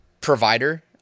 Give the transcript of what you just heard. provider